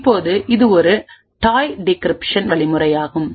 இப்போது இது ஒருடாய் டிகிரிப்ஷன் வழிமுறையாகும்